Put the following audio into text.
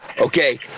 Okay